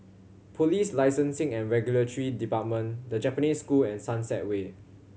Police Licensing and Regulatory Department The Japanese School and Sunset ware